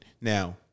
now